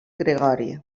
gregori